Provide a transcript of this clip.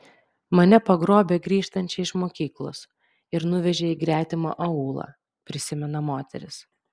mane pagrobė grįžtančią iš mokyklos ir nuvežė į gretimą aūlą prisimena moteris